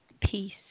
peace